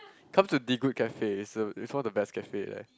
come to D good cafe is uh is one of the best cafe there